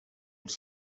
els